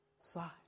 side